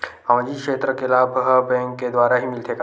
सामाजिक क्षेत्र के लाभ हा बैंक के द्वारा ही मिलथे का?